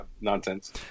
nonsense